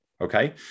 Okay